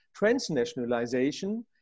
transnationalization